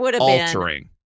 altering